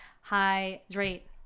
hydrate